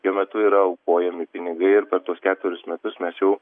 tuo metu yra aukojami pinigai ir per tuos ketverius metus mes jau